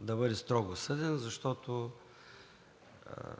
да бъде строго съден, защото